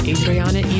Adriana